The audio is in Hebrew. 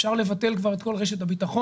אפשר לבטל כבר את כל רשת הביטחון,